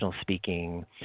speaking